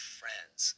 friends